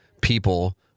people